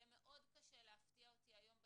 יהיה מאוד קשה להפתיע אותי היום בדיון,